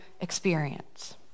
experience